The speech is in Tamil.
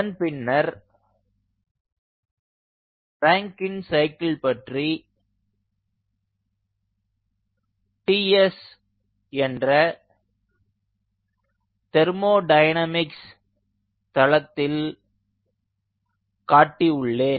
அதன் பின்னர் ராங்கின் சைக்கிள் பற்றி Ts என்ற தெர்மோடைனமிக்ஸ் தளத்தில் காட்டியுள்ளேன்